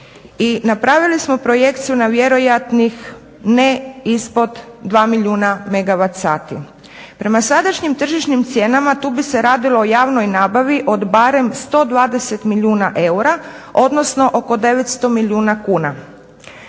napravili smo projekciju na vjerojatnih ne ispod 2 milijuna megavat sati. Prema sadašnjim tržišnim cijenama tu bi se radilo o javnoj nabavi od barem 120 milijuna eura, odnosno oko 900 milijuna kuna.